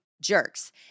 jerks